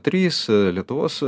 trys lietuvos